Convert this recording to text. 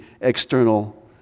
external